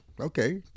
Okay